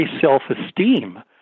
self-esteem